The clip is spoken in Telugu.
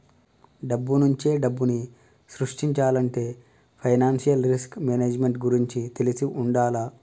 డబ్బునుంచే డబ్బుని సృష్టించాలంటే ఫైనాన్షియల్ రిస్క్ మేనేజ్మెంట్ గురించి తెలిసి వుండాల